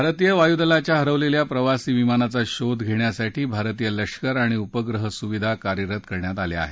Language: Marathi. भारतीय वायूदलाच्या हरवलेल्या प्रवासी विमानाचा शोध घेण्यासाठी भारतीय लष्कर आणि उपग्रह सुविधा कार्यरत करण्यात आल्या आहेत